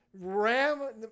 Ram